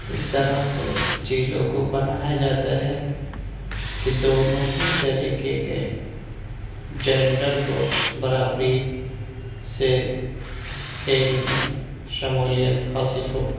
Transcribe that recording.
اس طرح سے چیزوں کو بنایا جاتا ہے کہ دونوں ہی طریقے کے جینڈر کو برابری سے کھیل میں شمولیت حاصل ہو